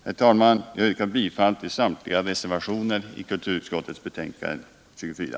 Herr talman! Jag yrkar bifall till samtliga reservationer i kulturutskottets betänkande nr 24.